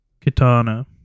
Katana